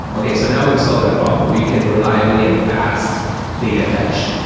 okay. so now we've solved that problem. we can reliably and fast data fetch.